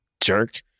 jerk